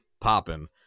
popping